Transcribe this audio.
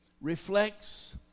reflects